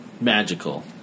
magical